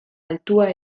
altua